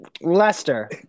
Lester